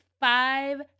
five